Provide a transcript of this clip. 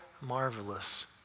marvelous